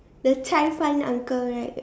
the cai fan uncle right